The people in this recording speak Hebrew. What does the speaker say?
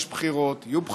יש בחירות, יהיו בחירות,